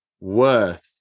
worth